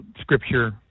scripture